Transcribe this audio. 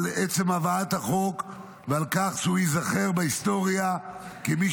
על עצם הבאת החוק ועל כך שהוא ייזכר בהיסטוריה כמי